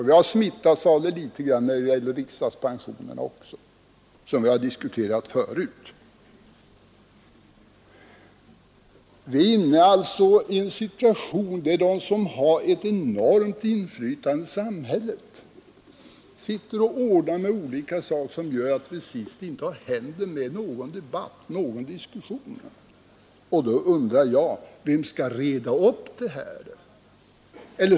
Vi har smittats av det litet grand när det gäller riksdagspensionerna, vilka vi diskuterat förut. Vi är inne i en situation där de som har ett enormt inflytande i samhället sitter och ordnar med olika saker som gör att vi till sist inte har någon riktig hand med debatten eller diskussionen i dessa frågor. Då undrar jag: Vem skall reda upp detta?